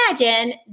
imagine